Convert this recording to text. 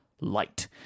light